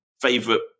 favorite